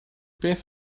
beth